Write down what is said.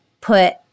put